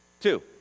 Two